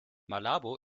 malabo